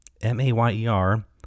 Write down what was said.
M-A-Y-E-R